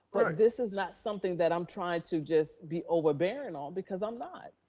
but this is not something that i'm trying to just be overbearing all because i'm not,